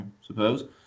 suppose